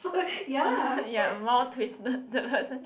ya more twisted the person